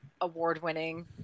award-winning